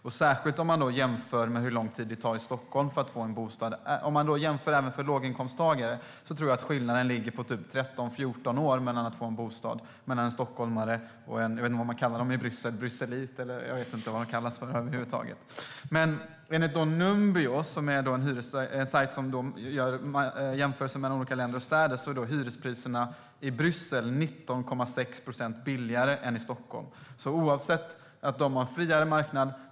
Man kan jämföra med hur lång tid det tar för en låginkomsttagare att få en bostad i Stockholm, och då tror jag att skillnaden mellan en stockholmare och en "brysselit" - jag vet inte vad de kallas - är 13-14 år. Enligt Numbeo, som är en sajt som gör jämförelser mellan olika länder och städer, är hyrespriserna i Bryssel 19,6 procent lägre än i Stockholm, trots att de har en friare marknad.